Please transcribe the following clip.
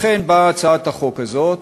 לכן באה הצעת החוק הזאת,